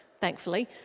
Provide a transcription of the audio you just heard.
thankfully